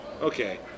Okay